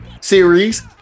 series